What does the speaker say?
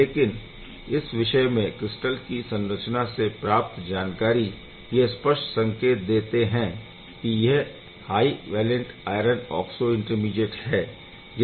लेकिन इस विषय में क्रिस्टल की संरचना से प्राप्त जानकारी यह स्पष्ट संकेत देते है कि यह high valent iron oxo intermediate हैं